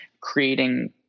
creating